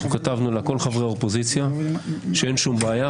כתבנו לה כל חברי האופוזיציה שאין שום בעיה,